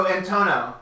Antono